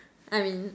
I mean